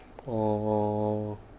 orh